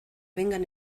vengan